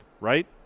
right